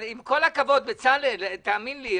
אבל עם כל הכבוד, בצלאל, תאמין לי.